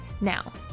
Now